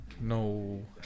No